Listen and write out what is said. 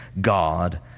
God